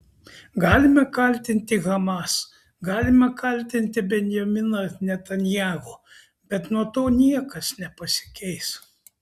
galime kaltinti hamas galime kaltinti benjaminą netanyahu bet nuo to niekas nepasikeis